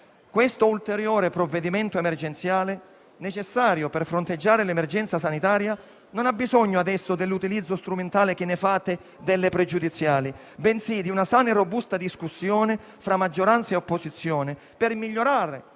Questo ulteriore provvedimento emergenziale, necessario per fronteggiare l'emergenza sanitaria, non ha bisogno adesso dell'utilizzo strumentale che fate delle pregiudiziali, bensì di una sana e robusta discussione fra maggioranza e opposizione, per migliorare